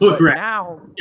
Now